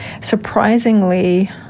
surprisingly